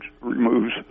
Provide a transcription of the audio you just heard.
removes